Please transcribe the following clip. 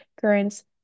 currents